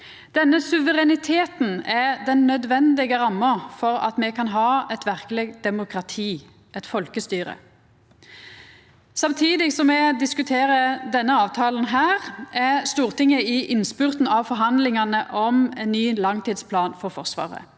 Denne suvereniteten er den nødvendige ramma for at me kan ha eit verkeleg demokrati, eit folkestyre. Samtidig som me diskuterer denne avtalen, er Stortinget i innspurten av forhandlingane om ein ny langtidsplan for Forsvaret,